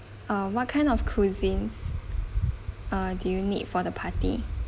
uh what kind of cuisines uh do you need for the party